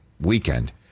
weekend